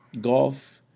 golf